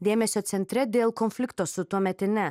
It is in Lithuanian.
dėmesio centre dėl konflikto su tuometine